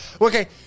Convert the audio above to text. Okay